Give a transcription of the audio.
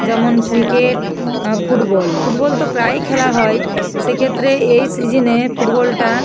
যেমন cricket football football তো প্রায়েই খেলা হয় সেক্ষেত্রে এই সিজিনে ফুটবলটা